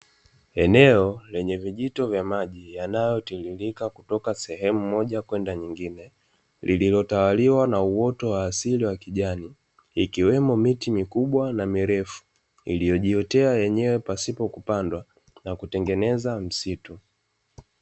Eneo lenye vijito vya maji yanayo tiririka kutoka sehemu moja kwenda nyengine, Lililo tawaliwa na uwoto wa asili wa kijani, Ikiwemo miti mikubwa na mirefu iliyo jiotea yenyewe pasipo kupandwa na kutengeneza msitu.